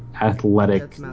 athletic